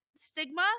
stigma